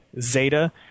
Zeta